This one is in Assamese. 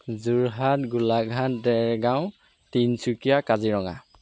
যোৰহাট গোলাঘাট দেৰগাঁও তিনিচুকীয়া কাজিৰঙা